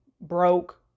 broke